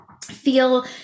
feel